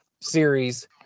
series